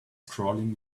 crawling